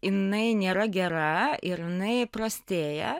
jinai nėra gera ir jinai prastėja